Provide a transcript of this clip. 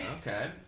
Okay